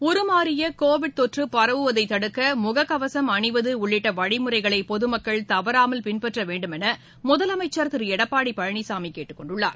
உருமாறிய கோவிட் தொற்று பரவுவதை தடுக்க முகக்கவசம் அணிவது உள்ளிட்ட வழிமுறைகளை பொதுமக்கள் தவறாமல் பின்பற்ற வேண்டுமென முதலமைச்சர் திரு எடப்பாடி பழனிசாமி கேட்டுக்கொண்டுள்ளார்